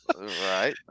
Right